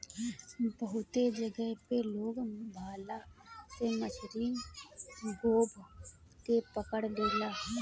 बहुते जगह पे लोग भाला से मछरी गोभ के पकड़ लेला